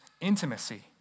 intimacy